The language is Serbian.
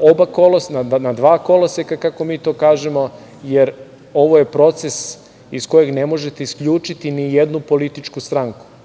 oba koloseka, na dva koloseka kako mi to kažemo, jer ovo je proces iz kojeg ne možete isključiti ni jednu političku stranku. Morate